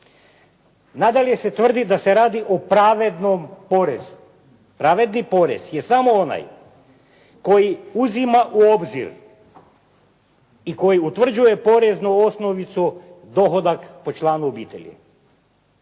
Nadalje se tvrdi da se radi o pravednom porezu. Pravedni porez je samo onaj koji uzima u obzir i koji utvrđuje poreznu osnovicu dohodak po članku obitelji.